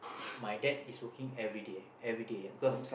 my dad is working everyday eh everyday yeah because